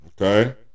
Okay